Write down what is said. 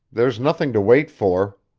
there's nothing to wait for.